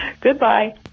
Goodbye